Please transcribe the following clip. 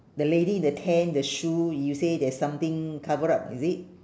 the lady in the tent the shoe you say there's something cover up is it